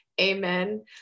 amen